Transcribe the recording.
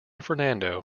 fernando